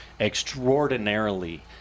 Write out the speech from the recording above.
extraordinarily